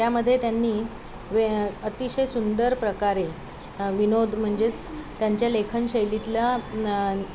त्यामध्ये त्यांनी व अतिशय सुंदर प्रकारे विनोद म्हणजेच त्यांच्या लेखन शैलीतला